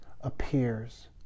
appears